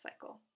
cycle